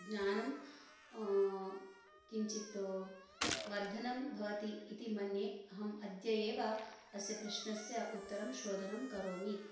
ज्ञानं किञ्चित् वर्धनं भवति इति मन्ये अहम् अद्य एव अस्य प्रश्नस्य उत्तरं शोधनं करोमि